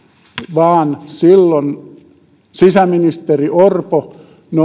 vaan silloin sisäministeri orpo